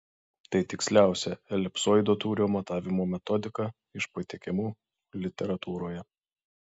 tai tiksliausia elipsoido tūrio matavimo metodika iš pateikiamų literatūroje